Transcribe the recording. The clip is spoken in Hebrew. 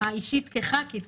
האישית כחברת כנסת,